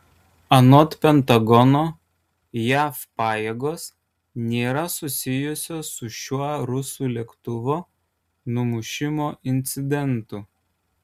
anot pentagono jav pajėgos nėra susijusios su šiuo rusų lėktuvo numušimo incidentu